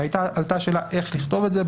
ועלתה שאלה איך לכתוב את זה.